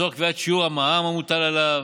לצורך קביעת שיעור המע"מ המוטל עליו.